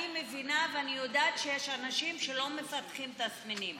אני מבינה ואני יודעת שיש אנשים שלא מפתחים תסמינים,